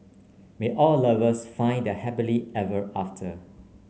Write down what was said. may all lovers find their happily ever after